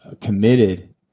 committed